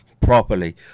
properly